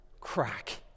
crack